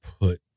put